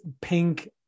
pink